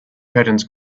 curtains